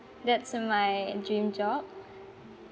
that's my dream job